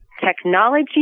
technology